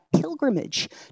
pilgrimage